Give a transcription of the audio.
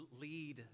lead